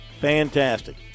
Fantastic